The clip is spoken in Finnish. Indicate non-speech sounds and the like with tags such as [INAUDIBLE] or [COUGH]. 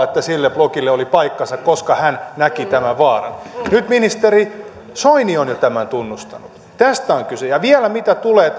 [UNINTELLIGIBLE] että sille blogille oli paikkansa koska hän näki tämän vaaran nyt ministeri soini on jo tämän tunnustanut tästä on kyse ja vielä mitä tulee [UNINTELLIGIBLE]